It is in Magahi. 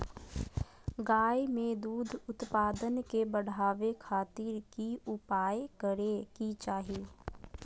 गाय में दूध उत्पादन के बढ़ावे खातिर की उपाय करें कि चाही?